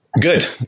Good